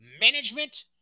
management